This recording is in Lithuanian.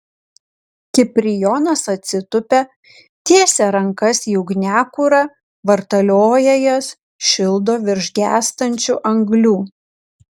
kiprijonas atsitupia tiesia rankas į ugniakurą vartalioja jas šildo virš gęstančių anglių